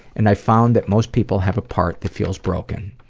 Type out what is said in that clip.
and i found that most people have a part that feels broken.